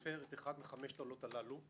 שהפר אחת מחמש העילות הללו,